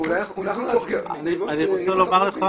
אני רוצה לומר לך